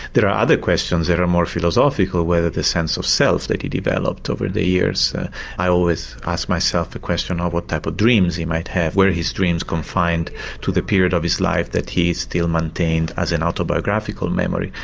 are other questions that are more philosophical whether the sense of self that he developed over the years i always ask myself the question of what type of dreams he might have, were his dreams confined to the period of his life that he still maintained as an autobiographical memory.